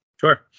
sure